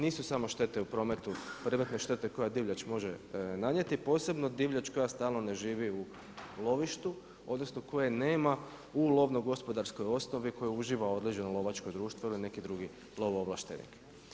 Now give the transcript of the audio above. Nisu samo štete u prometu privatne štete koja divljač može nanijeti, posebno divljač koja stalno ne živi u lovištu, odnosno koje nema u lovno gospodarskoj osnovi koja uživa određeno lovačko društvo ili neki drugi lovoovlaštenik.